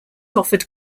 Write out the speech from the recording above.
offered